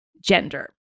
gender